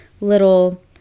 little